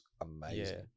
amazing